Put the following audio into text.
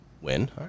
Win